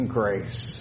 grace